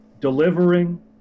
delivering